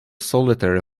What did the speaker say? solitary